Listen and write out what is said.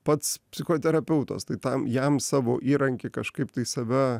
pats psichoterapeutas tai tam jam savo įrankiai kažkaip tai save